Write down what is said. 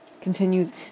Continues